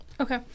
Okay